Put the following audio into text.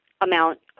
amount